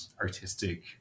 artistic